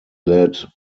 led